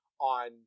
on